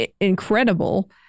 incredible